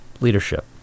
leadership